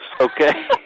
Okay